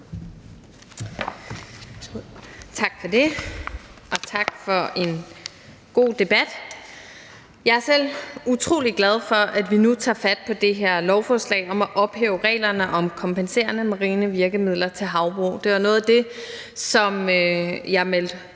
Tak for det. Og tak for en god debat. Jeg er selv utrolig glad for, at vi nu tager fat på det her lovforslag om at ophæve reglerne om kompenserende marine virkemidler til havbrug. Det var noget af det, som jeg meldte